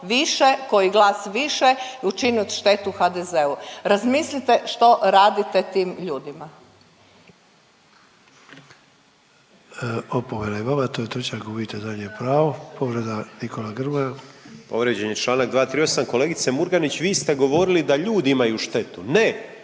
više, koji glas više i učinit štetu HDZ-u. Razmislite što radite tim ljudima.